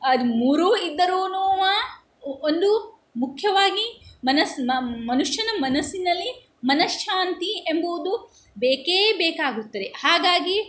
ಅದು ಮೂರೂ ಇದ್ದರೂ ಅವ ಒಂದು ಮುಖ್ಯವಾಗಿ ಮನಸ್ಸು ಮನುಷ್ಯನ ಮನಸ್ಸಿನಲ್ಲಿ ಮನಃಶಾಂತಿ ಎಂಬುವುದು ಬೇಕೇ ಬೇಕಾಗುತ್ತದೆ ಹಾಗಾಗಿ